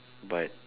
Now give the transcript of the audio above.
but